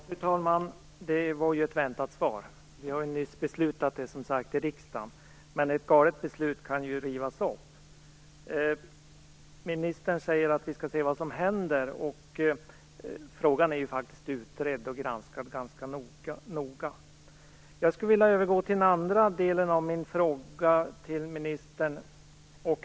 Fru talman! Det var ett väntat svar. Vi har, som sagt, nyss fattat beslut i riksdagen. Men ett galet beslut kan ju rivas upp. Ministern säger att vi skall se vad som händer. Frågan är ju faktiskt utredd och ganska noga granskad. Jag skulle vilja gå över till den andra delen av min fråga till ministern.